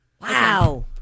Wow